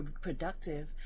productive